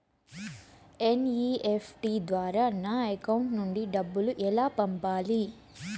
NEFT ద్వారా నా account నుండి డబ్బులు ఎలా పంపాలి